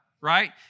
right